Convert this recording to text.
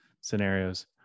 scenarios